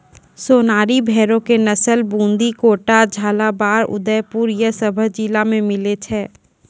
सोनारी भेड़ो के नस्ल बूंदी, कोटा, झालाबाड़, उदयपुर इ सभ जिला मे मिलै छै